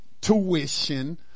tuition